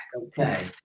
Okay